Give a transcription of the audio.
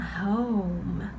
home